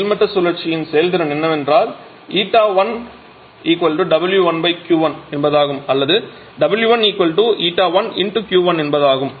மேல்மட்ட சுழற்சியின் செயல்திறன் என்னவென்றால் 𝜂1 𝑊1 𝑄1 என்பதாகும் அல்லது 𝑊1 𝜂1 𝑄1 என்பதாகும்